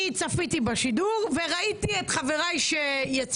עצמאות וראינו שיש לכם חברי כנסת